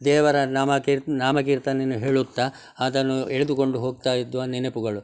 ದೇವರನಾಮ ಕೀರ್ತ ನಾಮ ಕೀರ್ತನೆಯನ್ನು ಹೇಳುತ್ತ ಅದನ್ನು ಎಳೆದುಕೊಂಡು ಹೋಗ್ತಾಯಿದ್ದ ನೆನೆಪುಗಳು